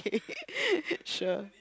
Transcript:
okay sure